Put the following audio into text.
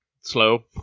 slow